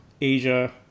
Asia